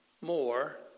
more